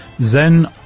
Zen